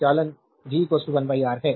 slide time देखें 3239 तो चालन G 1 R है